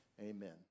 amen